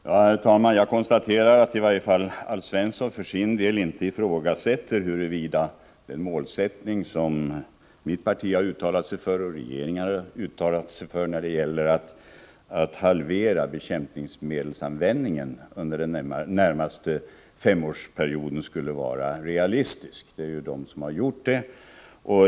Herr talman! Jag konstaterar att Alf Svensson för sin del inte ifrågasätter huruvida den målsättning som mitt parti uttalat sig för och som regeringar uttalat sig för om att halvera bekämpningsmedelsanvändningen under den närmaste femårsperioden skulle vara realistisk. Det finns andra som gör det.